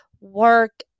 work